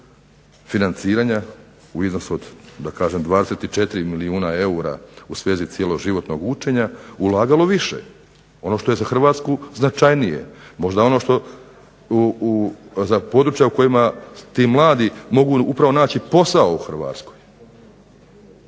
ovoga financiranja u iznosu, da kažem od 24 milijuna eura u svezi cjeloživotnog učenja, ulagalo više. Ono što je za Hrvatsku značajnije. Možda ono za područja u kojima ti mladi mogu upravo naći posao u Hrvatskoj.